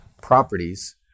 properties